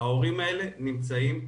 ההורים האלה נמצאים לבדם.